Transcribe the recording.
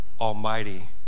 Almighty